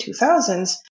2000s